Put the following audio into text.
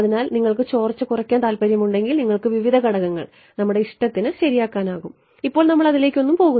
അതിനാൽ നിങ്ങൾക്ക് ചോർച്ച കുറയ്ക്കാൻ താൽപ്പര്യമുണ്ടെങ്കിൽ നിങ്ങൾക്ക് വിവിധ ഘടകങ്ങൾ നമ്മുടെ ഇഷ്ടത്തിന് ശരിയാക്കാൻ കഴിയുംഇപ്പോൾ നമ്മൾ അതിലേക്ക് ഒന്നും പോകുന്നില്ല